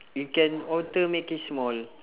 you can alter make it small